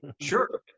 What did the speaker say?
sure